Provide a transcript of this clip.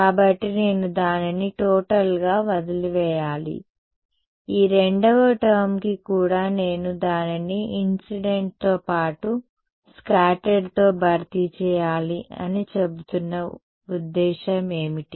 కాబట్టి నేను దానిని టోటల్ గా వదిలేయాలి ఈ రెండవ టర్మ్కు కూడా నేను దానిని ఇన్సిడెంట్ తో పాటు స్కాటర్డ్ తో భర్తీ చేయాలి అని మీరు చెబుతున్న ఉద్దేశ్యం ఏమిటి